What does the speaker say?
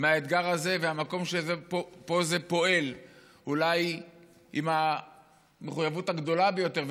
מהאתגר הזה והמקום שבו זה פועל אולי עם המחויבות הגדולה ביותר,